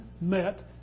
met